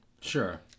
Sure